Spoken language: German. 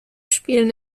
spielen